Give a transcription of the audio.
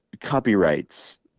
Copyrights